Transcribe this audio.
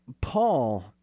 paul